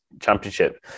championship